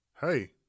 Hey